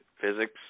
physics